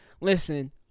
Listen